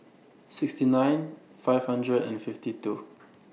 sixty nine five hundred and fifty two